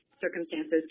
circumstances